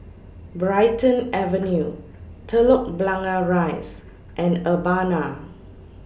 Brighton Avenue Telok Blangah Rise and Urbana